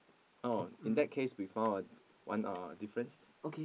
oh in that case we found a one uh difference